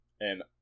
and-